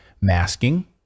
Masking